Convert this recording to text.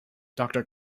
doctor